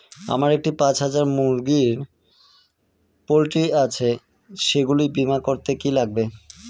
আমার একটি পাঁচ হাজার মুরগির পোলট্রি আছে সেগুলি বীমা করতে কি লাগবে?